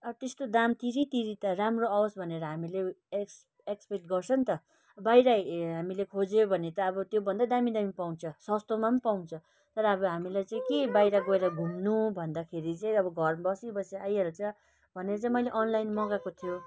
अब त्यस्तो दाम तिरी तिरी त राम्रो आवेस् भनेर हामीले एक्स एक्सपेक्ट गर्छुौँ नि त बाहिर हे हामीले खोज्यौँ भने त अब त्यो भन्दा दामी दामी पाउँछ सस्तोमा पाउँछ तर अब हामीलाई चाहिँ के बाहिर गएर घुम्नु भन्दाखेरि चाहिँ अब घर बसी बसी आइहाल्छ भनेर चाहिँ मैले अनलाइन मगाएको थियो